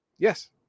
Yes